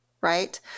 right